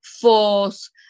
force